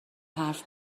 حرف